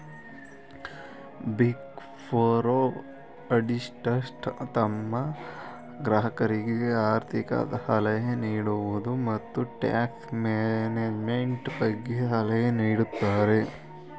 big four auditors ತಮ್ಮ ಗ್ರಾಹಕರಿಗೆ ಆರ್ಥಿಕ ಸಲಹೆ ನೀಡುವುದು, ಮತ್ತು ಟ್ಯಾಕ್ಸ್ ಮ್ಯಾನೇಜ್ಮೆಂಟ್ ಬಗ್ಗೆ ಸಲಹೆ ನೀಡುತ್ತಾರೆ